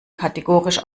kategorisch